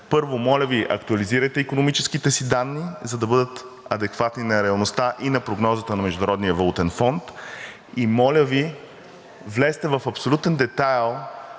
първо, моля Ви, актуализирайте икономическите си данни, за да бъдат адекватни на реалността и на прогнозата на Международния валутен фонд, и моля Ви, влезте в абсолютен детайл